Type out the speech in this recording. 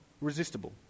resistible